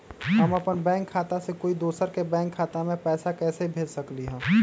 हम अपन बैंक खाता से कोई दोसर के बैंक खाता में पैसा कैसे भेज सकली ह?